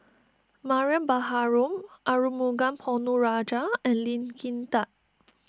Mariam Baharom Arumugam Ponnu Rajah and Lee Kin Tat